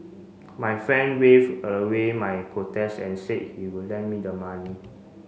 my friend waved away my protests and said he would lend me the money